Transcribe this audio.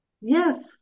Yes